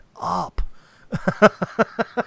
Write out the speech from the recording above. up